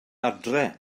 adre